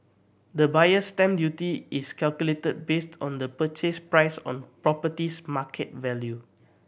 the Buyer's Stamp Duty is calculated based on the purchase price or property's market value